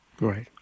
Right